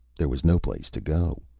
there was no place to go.